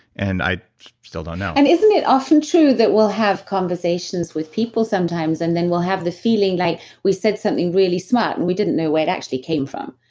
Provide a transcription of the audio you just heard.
and i still don't know and isn't it often true that we'll have conversations with people sometimes and then we'll have the feeling like we said something really smart and we didn't know where it actually came from.